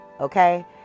Okay